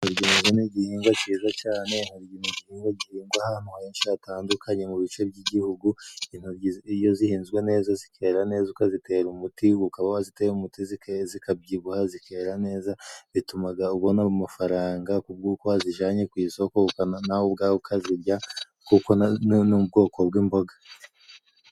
Intoryi na zo ni igihingwa cyiza cyane ,Intoryi ni igihingwa gihingwa ahantu henshi hatandukanye mu bice by'igihugu. Intoryi iyo zihinzwe neza zikera neza ukazitera umuti ukaba waziteye umuti zikabyibuha zikera neza zitumaga ubona amafaranga ku bw'uko wazijyananye ku isoko ukana nawe ubwawe ukazirya kuko ni ubwoko bw'imboga.